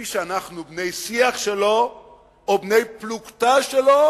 ומי שאנחנו בני-שיח שלו או בני-פלוגתא שלו,